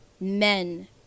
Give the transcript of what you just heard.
men